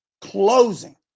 closing